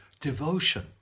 devotion